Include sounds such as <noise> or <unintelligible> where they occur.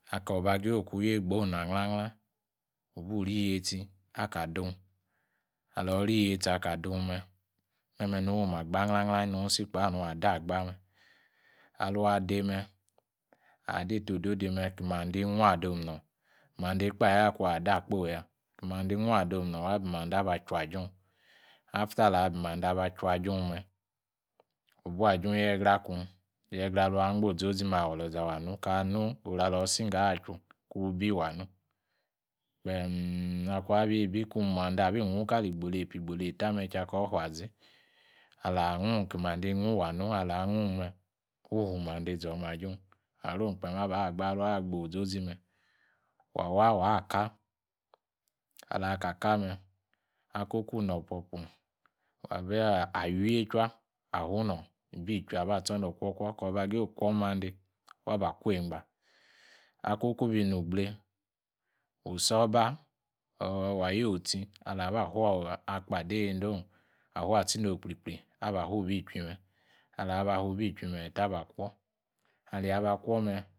Aka'gaye ki yegba'own na ngla. ngla wubu iri iyestsi aka dun. alwa’ wuri iyestsi aka dunme'ẽne nwaba-to me agba'ngla. ngla inu- isi kpa nwa ade'agba'me’ alwa’ de'me, anyeita odo deme ki mande inwu. adomna. wa bi mande abachww ajijwn after wa bi mande abachum ajijun me ww buajun aww yegra akun yegra alon angba'ozozime aworiogo’ wa nu kanu’ orala wusingo'achu kun be wa nu. Kpeem kuabibi mande abi inqwu kali gbolepa gboleta me'kiye koufazi kaliwa angwunme lua wu orimande adun arome kpeem agba’ alwan agba- ozozine wa wa’ waa’ ka. ala ka ka. me ko oku inopopu waba wey- chua awunor ibijin aba. tsor nor okpoku, kor ba gaye okwor mande. wa ba kwor engba ako ku bi nugble; wu sor oba wa your'o tsi ala ’ wa ba afu akpo ade niede. o atsi no’ kpri- kpri abafu ibi ichui. Ala’ wa bafu ibi- chuime wo'ta ba kwor anaba kwor me <unintelligible>